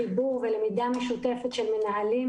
חיבור ולמידה משותפת של מנהלים,